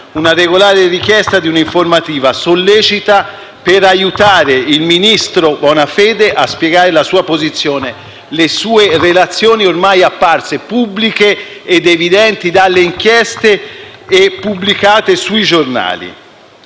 una regolare richiesta di una informativa sollecita per aiutare il ministro Bonafede a spiegare la sua posizione e le sue relazioni, ormai apparse pubbliche ed evidenti dalle inchieste pubblicate sui giornali.